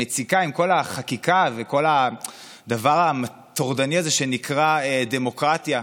מציקה עם כל החקיקה וכל הדבר הטורדני הזה שנקרא דמוקרטיה.